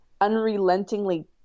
unrelentingly